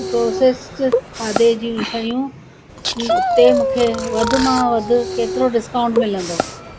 processed खाधे जूं शयूं ते मूंखे वधि में वधि केतिरो डिस्काउंट मिलंदो